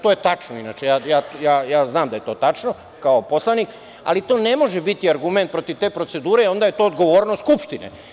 To je tačno inače, ja znam da je to tačno kao poslanik, ali to ne može biti argument protiv te procedure i onda je to odgovornost Skupštine.